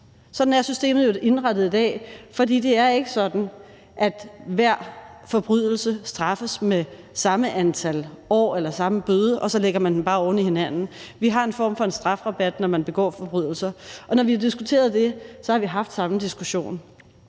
Sådan er systemet jo indrettet i dag, for det er ikke sådan, at hver forbrydelse straffes med samme antal år eller samme bøde, og så lægger man dem bare oven i hinanden. Vi har en form for en strafrabat, når man begår forbrydelser, og når vi diskuterede det, har vi haft samme diskussion.